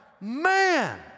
man